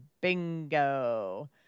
bingo